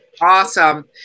Awesome